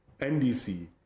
ndc